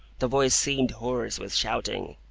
the voice seemed hoarse with shouting,